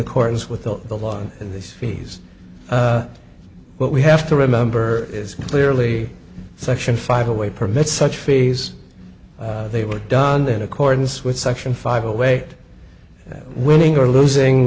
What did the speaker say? accordance with the law on these fees what we have to remember is clearly section five away permits such fees they were done in accordance with section five a way winning or losing